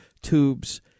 tubes